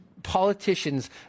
politicians